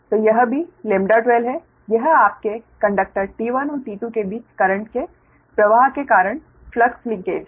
तो यह भी λ12 है यह आपके कंडक्टर T1 और T2 के बीच करंट के प्रवाह के कारण फ्लक्स लिंकेज हैं